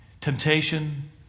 Temptation